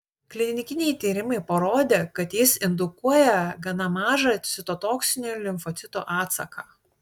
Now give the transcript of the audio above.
klinikiniai tyrimai parodė kad jis indukuoja gana mažą citotoksinių limfocitų atsaką